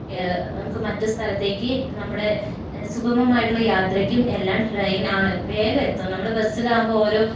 നമുക്ക് മറ്റ് സ്ഥലത്തേക്ക് നമ്മുടെ സുഖമായിട്ടുള്ള യാത്രക്കുമെല്ലാം ട്രെയിനാണ് വേഗം എത്തുക നമ്മൾ ബസ്സിലാകുമ്പോൾ ഓരോ